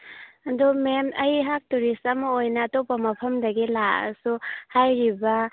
ꯑꯗꯣ ꯃꯦꯝ ꯑꯩꯍꯥꯛ ꯇꯨꯔꯤꯁ ꯑꯃ ꯑꯣꯏꯅ ꯑꯇꯣꯞꯄ ꯃꯐꯝꯗꯒꯤ ꯂꯥꯛꯑꯁꯨ ꯍꯥꯏꯔꯤꯕ